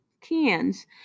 cans